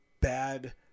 bad